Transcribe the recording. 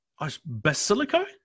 Basilico